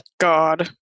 God